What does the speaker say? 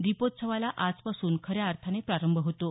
दीपोत्सवाला आजपासून खऱ्या अर्थाने प्रारंभ होतो